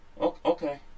Okay